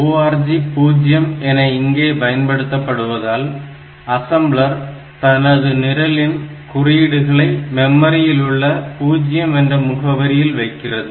ORG 0 என இங்கே பயன் படுத்தப்படுவதால் அசம்ளர் தனது நிரலின் குறியீடுகளை மெமரியில் உள்ள 0 என்ற முகவரியில் வைக்கிறது